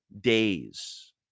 days